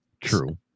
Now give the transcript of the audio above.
True